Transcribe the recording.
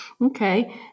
Okay